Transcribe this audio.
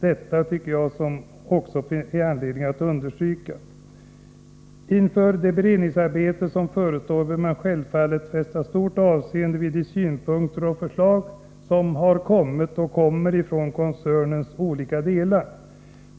Det finns anledning att understryka också detta. Inför det beredningsarbete som förestår bör man självfallet fästa stort avseende vid de synpunkter och förslag som har kommit och kommer från koncernens olika delar och personalorganisationen.